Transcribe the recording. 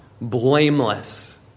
blameless